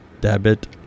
Dabit